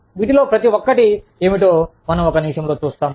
వీటిలో ప్రతి ఒక్కటి ఏమిటో మనం ఒక నిమిషంలో చూస్తాము